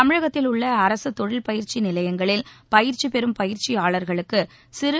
தமிழகத்திலுள்ள அரசு தொழிற்பயிற்சி நிலையங்களில் பயிற்சி பெறும் பயிற்சியாளர்களுக்கு சிறு